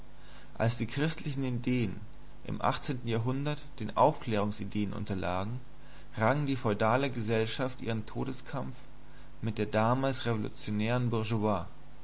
als die christlichen ideen im jahrhundert den aufklärungsideen unterlagen rang die feudale gesellschaft ihren todeskampf mit der damals revolutionären